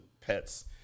pets